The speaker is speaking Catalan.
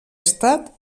estat